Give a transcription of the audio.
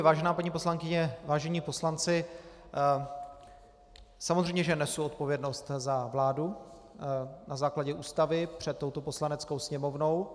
Vážená paní poslankyně, vážení poslanci, samozřejmě že nesu odpovědnost za vládu na základě Ústavy před touto Poslaneckou sněmovnou.